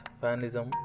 fanism